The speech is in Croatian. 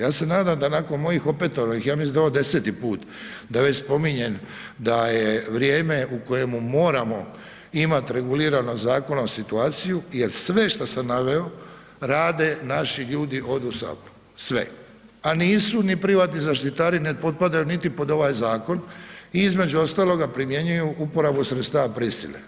Ja se nadam da nakon mojih opetovanih, ja mislim da je ovo 10 puta da već spominjem da je vrijeme u kojemu moramo imati regulirano zakonom situaciju je sve što sam naveo, rade naši ljudi ovdje u Saboru, sve, a nisu ni privatni zaštitari, ne potpadaju niti pod ovaj zakon, i između ostaloga, primjenjuju uporabu sredstava prisile.